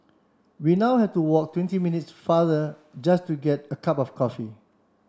we now have to walk twenty minutes farther just to get a cup of coffee